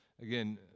Again